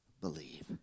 believe